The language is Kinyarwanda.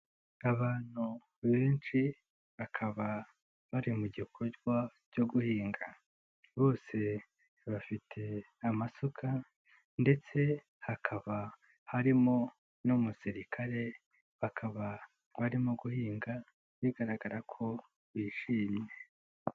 Abantu benshi, bakaba bari mu gikorwa cyo guhinga, bose bafite amasuka ndetse hakaba harimo n'umusirikare, bakaba barimo guhinga, bigaragara ko bishimye.